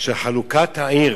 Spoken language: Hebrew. של חלוקת העיר